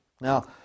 Now